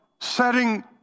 setting